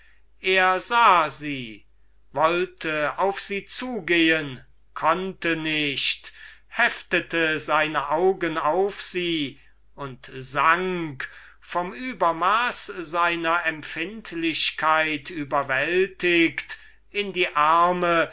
er sah sie wollte auf sie zugehen konnte nicht heftete seine augen auf sie und sank vom übermaß seiner empfindlichkeit überwältiget in die arme